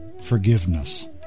forgiveness